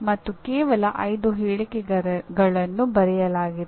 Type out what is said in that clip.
ಮತ್ತು ಕೇವಲ 5 ಹೇಳಿಕೆಗಳನ್ನು ಬರೆಯಲಾಗಿದೆ